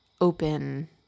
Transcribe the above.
open